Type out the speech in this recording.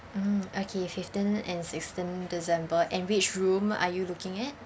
mm okay fifteen and sixteen december and which room are you looking at